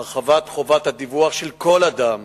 היא הרחבת חובת הדיווח של כל אדם